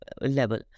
level